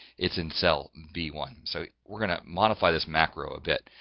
it's in cell b one. so, we're going to modify this macro a bit.